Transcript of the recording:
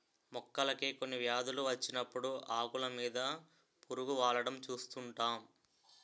మొక్కలకి కొన్ని వ్యాధులు వచ్చినప్పుడు ఆకులు మీద పురుగు వాలడం చూస్తుంటాం